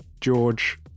George